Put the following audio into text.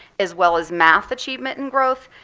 as well as math achievement and growth,